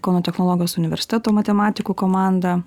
kauno technologijos universiteto matematikų komanda